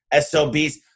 SOBs